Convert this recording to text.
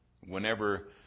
whenever